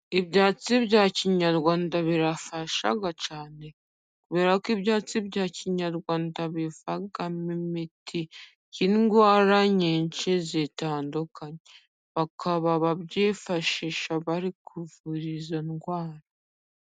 Ibyatsi bya kinyarwanda birafasha cyane, kubera ko ibyatsi bya kinyarwanda bivamo imiti y'indwara nyinshi zitandukanye, bakaba babyifashisha bari kuvura izo ndwara.